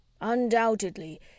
Undoubtedly